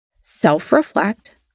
Self-reflect